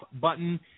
button